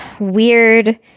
weird